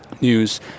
news